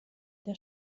der